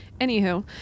Anywho